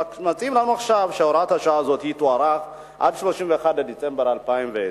מציעים לנו עכשיו שהוראת השעה הזאת תוארך עד 31 בדצמבר 2010,